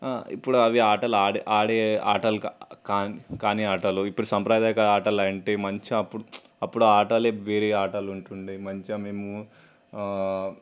ఇప్పుడు అవి ఆటలు ఆడే ఆడే ఆటలు కాని కాని ఆటలు ఇప్పుడు సాంప్రదాయక ఆటలు అంటే మంచిగా అప్పుడు అప్పుడు ఆటలే వేరు ఆటలు ఉంటు ఉండే మంచిగా మేము